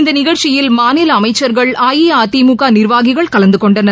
இந்த நிகழ்ச்சியில் மாநில அமைச்சர்கள் அஇஅதிமுக நிர்வாகிகள் கலந்து கொண்டனர்